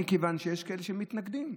מכיוון שיש כאלה שמתנגדים.